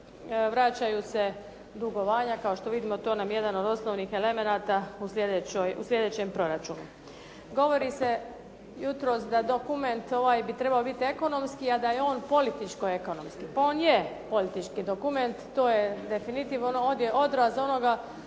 vraćaju se i dugovanja kao što vidimo to nam je jedan od osnovnih elemenata u sljedećem proračunu. Govori se jutros da dokument bi trebao biti ekonomski, a da je on političko ekonomski. Pa on je politički dokument, to je definitivno. On je odraz onoga